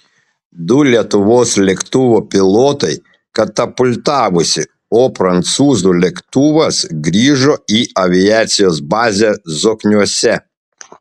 du lietuvos lėktuvo pilotai katapultavosi o prancūzų lėktuvas grįžo į aviacijos bazę zokniuose